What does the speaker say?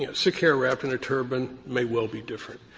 yeah sikh hair wrapped in a turban may well be different,